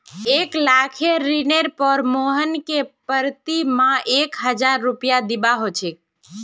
एक लाखेर ऋनेर पर मोहनके प्रति माह एक हजार रुपया दीबा ह छेक